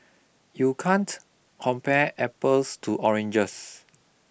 you can't compare apples to oranges